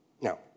Now